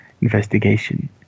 investigation